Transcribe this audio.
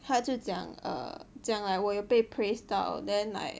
他就讲 err 讲 like 我又被 praised 到 then like